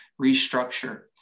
restructure